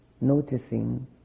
noticing